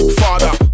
father